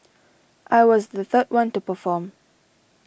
I was the third one to perform